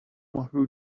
who